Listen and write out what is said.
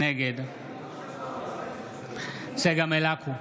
נגד צגה מלקו,